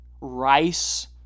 Rice